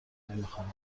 نمیخوابم